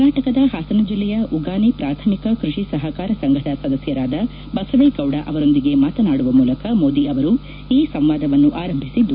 ಕರ್ನಾಟಕದ ಹಾಸನ ಜಿಲ್ಲೆಯ ಉಗಾನೆ ಪ್ರಾಥಮಿಕ ಕೃಷಿ ಸಹಕಾರ ಸಂಘದ ಸದಸ್ವರಾದ ಬಸವೇಗೌಡ ಅವರೊಂದಿಗೆ ಮಾತನಾಡುವ ಮೂಲಕ ಮೋದಿ ಅವರು ಈ ಸಂವಾದವನ್ನು ಆರಂಭಿಸಿದ್ದು